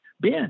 Ben